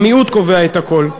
המיעוט קובע את הכול.